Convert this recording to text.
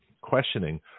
questioning